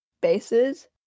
bases